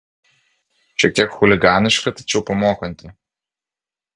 šiek tiek chuliganiška tačiau pamokanti